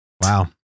wow